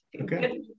Okay